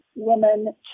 women